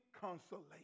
consolation